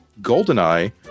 Goldeneye